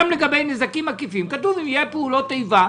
גם לגבי נזקים עקיפים: אם זה פעולות איבה.